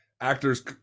actor's